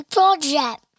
Project